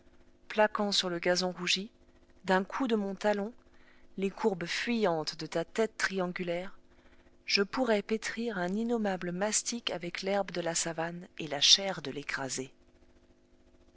plaquant sur le gazon rougi d'un coup de mon talon les courbes fuyantes de ta tête triangulaire je pourrais pétrir un innommable mastic avec l'herbe de la savane et la chair de l'écrasé